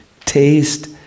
taste